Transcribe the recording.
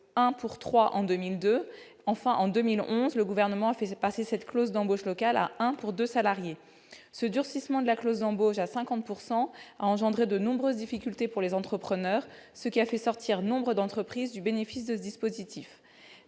employés en 2002. En 2011, le Gouvernement a fait passer cette clause d'embauche locale à un pour deux salariés. Ce durcissement de la clause d'embauche à 50 % a engendré de nombreuses difficultés pour les entrepreneurs, ce qui a fait sortir nombre d'entreprises du bénéfice de ce dispositif.